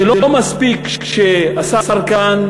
זה לא מספיק שהשר כאן,